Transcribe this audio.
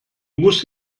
muss